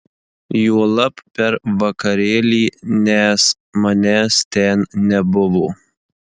juolab per vakarėlį nes manęs ten nebuvo